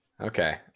Okay